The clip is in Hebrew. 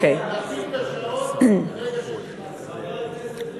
להפעיל את השעון מרגע שנכנס שר.